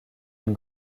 une